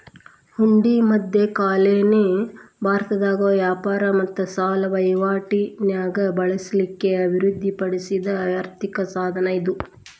ಹುಂಡಿ ಮಧ್ಯಕಾಲೇನ ಭಾರತದಾಗ ವ್ಯಾಪಾರ ಮತ್ತ ಸಾಲ ವಹಿವಾಟಿ ನ್ಯಾಗ ಬಳಸ್ಲಿಕ್ಕೆ ಅಭಿವೃದ್ಧಿ ಪಡಿಸಿದ್ ಆರ್ಥಿಕ ಸಾಧನ ಇದು